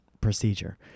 procedure